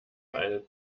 eine